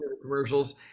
Commercials